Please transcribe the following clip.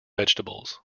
vegetables